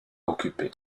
occupé